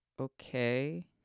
okay